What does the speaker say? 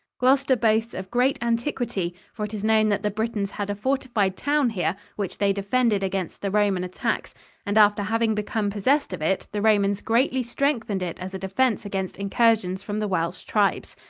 gloucester boasts of great antiquity, for it is known that the britons had a fortified town here which they defended against the roman attacks and after having become possessed of it, the romans greatly strengthened it as a defense against incursions from the welsh tribes.